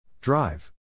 Drive